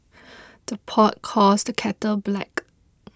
the pot calls the kettle black